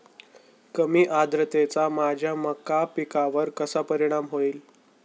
कमी आर्द्रतेचा माझ्या मका पिकावर कसा परिणाम होईल?